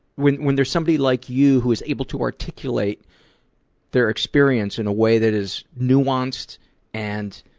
when when there's somebody like you, who's able to articulate their experience in a way that is nuanced and